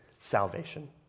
salvation